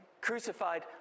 crucified